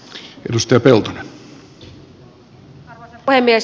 arvoisa puhemies